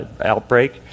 outbreak